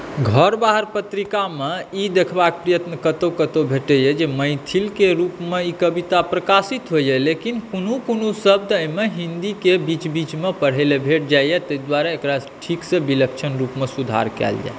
घर बाहर पत्रिकामे ई देखबाक प्रयत्न कतहु कतहु भेटैए जे मैथिलके रूपमे ई कविता प्रकाशित होइए लेकिन कोनो कोनो शब्द एहिमे हिन्दीके बीच बीचमे पढ़य लेल भेट जाइए ताहि दुआरे एकरा ठीकसँ विलक्षण रूपमे सुधार कयल जाय